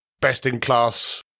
best-in-class